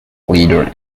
leader